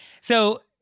So-